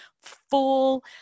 full